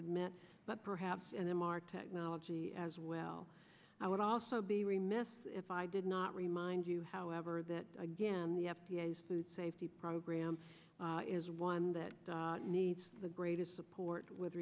admit but perhaps an m r technology as well i would also be remiss if i did not remind you however that again the f d a food safety program is one that needs the greatest support with